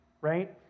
right